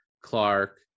Clark